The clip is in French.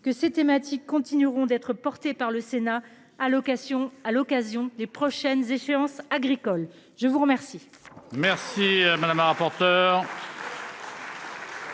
que ces thématiques continueront d'être portés par le Sénat, à l'occasion, à l'occasion des prochaines échéances agricole. Je vous remercie.